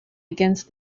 against